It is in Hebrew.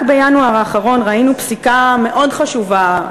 רק בינואר האחרון ראינו פסיקה מאוד חשובה,